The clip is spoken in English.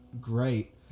great